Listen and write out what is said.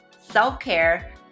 self-care